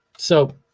so,